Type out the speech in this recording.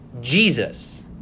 Jesus